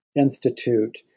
Institute